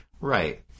Right